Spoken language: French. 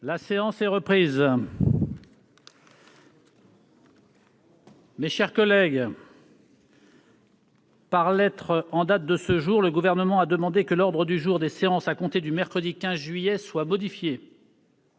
La séance est reprise. Par lettre en date de ce jour, le Gouvernement a demandé que l'ordre du jour des séances à compter du mercredi 15 juillet soit modifié.